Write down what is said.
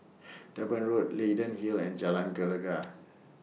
Durban Road Leyden Hill and Jalan Gelegar